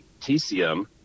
tcm